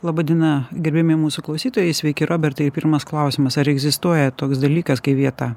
laba diena gerbiami mūsų klausytojai sveiki robertai pirmas klausimas ar egzistuoja toks dalykas kaip vieta